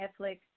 Netflix